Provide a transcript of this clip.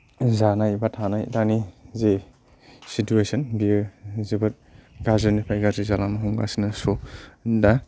जानाय एबा थानाय दानि जे सितुवेसन बियो जोबोद गाज्रिनिफ्राय गाज्रि जालांनो हमगासिनो स दा